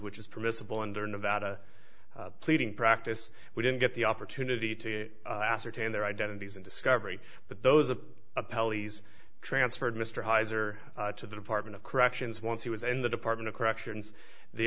which is permissible under nevada pleading practice we didn't get the opportunity to ascertain their identities and discovery but those of a pelleas transferred mr hisor to the department of corrections once he was in the department of corrections the